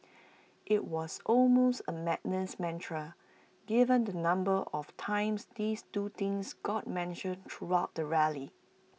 IT was almost A madness mantra given the number of times these two things got mentioned throughout the rally